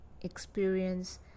experience